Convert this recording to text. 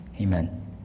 Amen